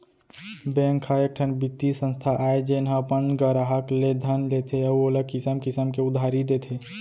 bank ह एकठन बित्तीय संस्था आय जेन ह अपन गराहक ले धन लेथे अउ ओला किसम किसम के उधारी देथे